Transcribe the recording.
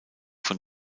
von